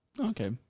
Okay